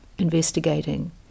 investigating